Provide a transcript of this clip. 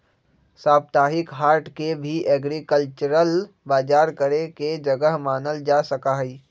साप्ताहिक हाट के भी एग्रीकल्चरल बजार करे के जगह मानल जा सका हई